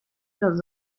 los